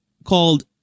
called